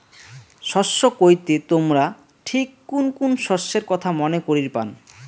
শস্য কইতে তোমরা ঠিক কুন কুন শস্যের কথা মনে করির পান?